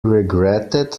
regretted